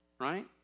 right